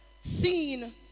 seen